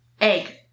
Egg